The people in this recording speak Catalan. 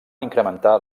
incrementar